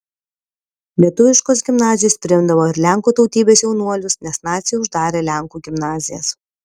lietuviškos gimnazijos priimdavo ir lenkų tautybės jaunuolius nes naciai uždarė lenkų gimnazijas